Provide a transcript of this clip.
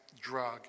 drug